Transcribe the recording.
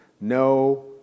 No